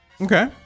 okay